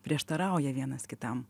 prieštarauja vienas kitam